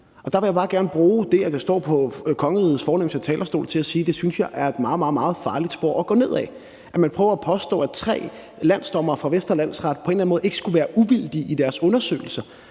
jeg bare gerne bruge det, at jeg står på kongerigets fornemste talerstol til at sige, at det synes jeg er et meget, meget farligt spor at gå ned ad. At man prøver at påstå, at tre landsdommere fra Vestre Landsret på en eller anden måde ikke skulle være uvildige i deres undersøgelser,